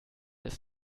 ist